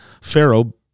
Pharaoh